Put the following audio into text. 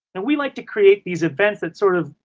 and we like to create these events that, sort of,